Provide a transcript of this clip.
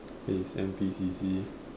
is N_P_C_C